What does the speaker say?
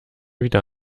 wieder